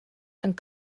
and